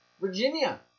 Virginia